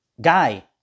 guy